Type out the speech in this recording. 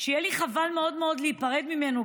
יהיה לי חבל מאוד מאוד להיפרד ממנו,